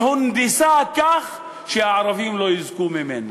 שהונדסה כך שהערבים לא יזכו ממנה.